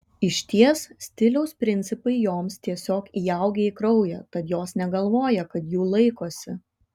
išties stiliaus principai joms tiesiog įaugę į kraują tad jos negalvoja kad jų laikosi